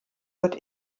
wird